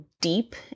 deep